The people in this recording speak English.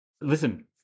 Listen